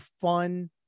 fun